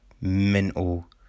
mental